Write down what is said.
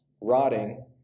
rotting